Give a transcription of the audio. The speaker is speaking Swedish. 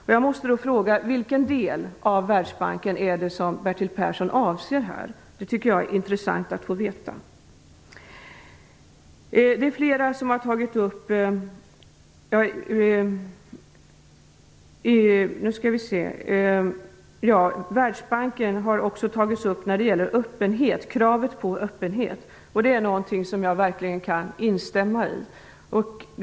Då måste jag fråga vilken del av Världsbanken det är som Bertil Persson avser här. Jag tycker att det skulle vara intressant att få veta det. Kravet på öppenhet i Världsbanken har också tagits upp. Det är något som jag verkligen kan instämma i.